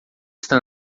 está